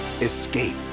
Escape